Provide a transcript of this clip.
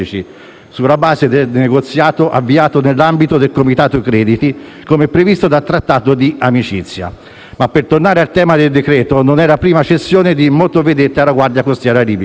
sulla base del negoziato avviato nell'ambito del Comitato crediti, come previsto dal Trattato di amicizia. Ma, per tornare al tema del decreto-legge, non è la prima cessione di motovedette alla Guardia costiera libica.